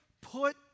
Put